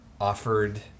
offered